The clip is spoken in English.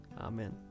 Amen